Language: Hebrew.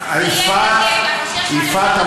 יפעת,